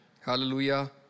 Hallelujah